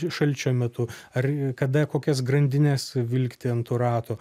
šalčio metu ar kada kokias grandines vilkti ant tų ratų